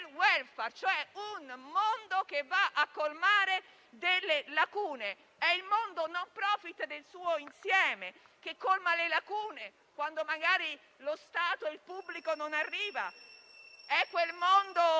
un mondo che va a colmare delle lacune, è il mondo *non profit* nel suo insieme, che colma le lacune quando magari lo Stato, il pubblico non arriva; è quel mondo che